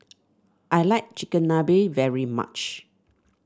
I like Chigenabe very much